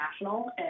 national